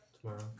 Tomorrow